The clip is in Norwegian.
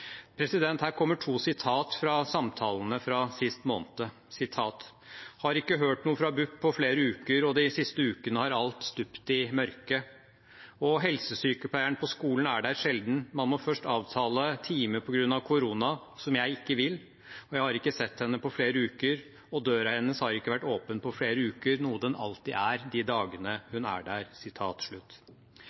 Her kommer to sitat fra samtalene fra sist måned: Har ikke hørt noe fra BUP på flere uker, og de siste ukene har alt stupt i mørke. Og: Helsesykepleieren på skolen er der sjelden. Man må først avtale time på grunn av korona, som jeg ikke vil. Jeg har ikke sett henne på flere uker, og døra hennes har ikke vært åpen på flere uker, noe den alltid er de dagene hun er der.